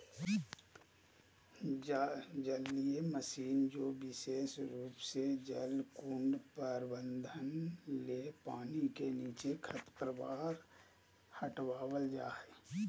जलीय मशीन जे विशेष रूप से जलकुंड प्रबंधन ले पानी के नीचे खरपतवार हटावल जा हई